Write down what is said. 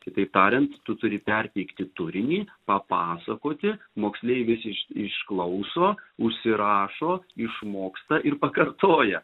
kitaip tariant tu turi perteikti turinį papasakoti moksleivis iš išklauso užsirašo išmoksta ir pakartoja